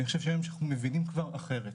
אני חושב שהיום שאנחנו מבינים כבר אחרת.